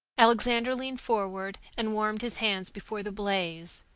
alexander leaned forward and warmed his hands before the blaze.